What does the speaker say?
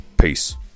Peace